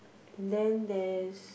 and then there's